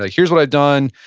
ah here's what i've done.